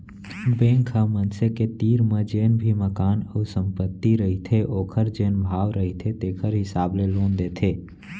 bank ह मनसे के तीर म जेन भी मकान अउ संपत्ति रहिथे ओखर जेन भाव रहिथे तेखर हिसाब ले लोन देथे